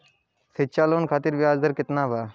शिक्षा लोन खातिर ब्याज दर केतना बा?